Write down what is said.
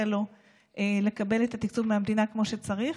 לו לקבל את התקציב מהמדינה כמו שצריך,